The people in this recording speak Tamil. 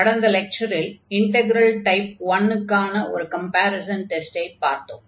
கடந்த லெக்சரில் இன்டக்ரல் டைப் 1க்கான ஒரு கம்பேரிஸன் டெஸ்டைப் பார்த்தோம்